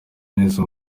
neza